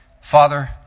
Father